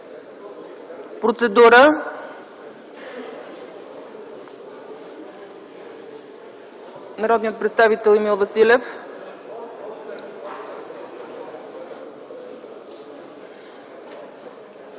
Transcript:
Процедура – народният представител Емил Василев.